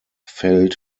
failed